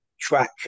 track